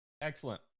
excellent